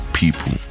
people